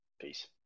Peace